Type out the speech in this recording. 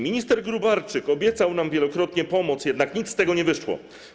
Minister Gróbarczyk obiecał nam wielokrotnie pomoc, jednak nic z tego nie wyszło.